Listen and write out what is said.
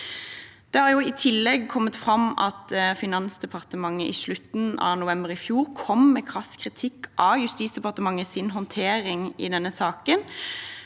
Det har i tillegg kommet fram at Finansdepartementet i slutten av november i fjor kom med krass kritikk av Justisdepartementets håndtering av saken.